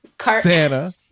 Santa